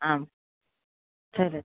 आं चलत्